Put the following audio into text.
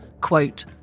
Quote